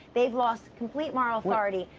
they have lost complete moral authority.